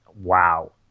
Wow